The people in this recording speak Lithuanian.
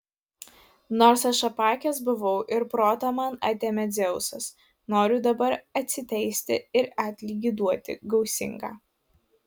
nors aš apakęs buvau ir protą man atėmė dzeusas noriu dabar atsiteisti ir atlygį duoti gausingą